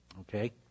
Okay